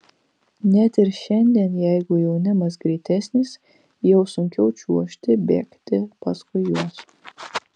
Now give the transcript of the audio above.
net ir šiandien jeigu jaunimas greitesnis jau sunkiau čiuožti bėgti paskui juos